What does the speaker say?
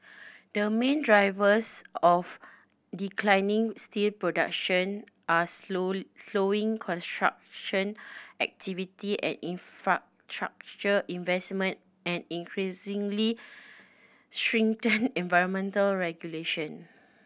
the main drivers of declining steel production are slowly slowing construction activity and infrastructure investment and increasingly stringent environmental regulation